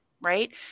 Right